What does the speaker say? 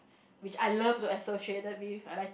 which I love to associated with I like to